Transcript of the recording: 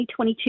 2022